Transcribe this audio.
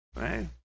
Right